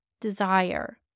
desire